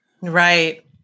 Right